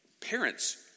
parents